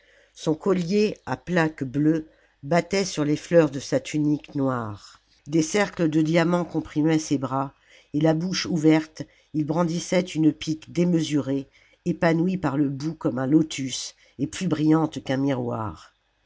son collier à plaques bleues battait sur les fleurs de sa tunique noire des cercles de diamants comprimaient ses bras et la bouche ouverte il brandissait une pique démesurée épanouie par le bout comme un lotus et plus brillante qu'un miroir